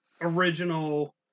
original